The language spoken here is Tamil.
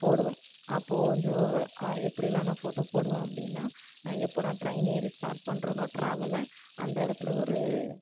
போடுவேன் அப்போது வந்து எப்படியெல்லாம் நான் ஃபோட்டோ போடுவேன் அப்படின்னா எப்போது நான் ட்ரைன் ஏறி ஸ்டார்ட் பண்றோனோ ட்ராவலை அந்த இடத்துல ஒரு